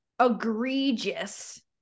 egregious